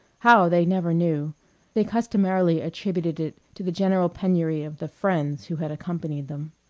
how, they never knew they customarily attributed it to the general penury of the friends who had accompanied them.